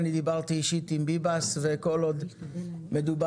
אני דיברתי אישית עם ביבס וכל עוד מדובר